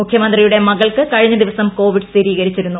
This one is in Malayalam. മുഖ്യമന്ത്രിയുടെ മകൾക്ക് കഴിഞ്ഞ ദിവസം കോവിഡ് സ്ഥിരീകരിച്ചിരുന്നു